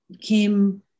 came